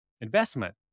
investment